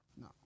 No